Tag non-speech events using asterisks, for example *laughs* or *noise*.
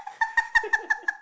*laughs*